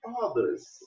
fathers